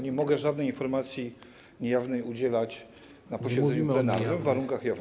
Nie mogę żadnej informacji niejawnej udzielać na posiedzeniu plenarnym, w warunkach jawności.